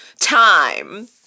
time